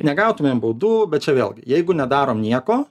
negautumėm baudų bet čia vėl gi jeigu nedarom nieko